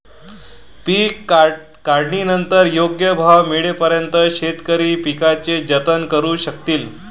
पीक काढणीनंतर योग्य भाव मिळेपर्यंत शेतकरी पिकाचे जतन करू शकतील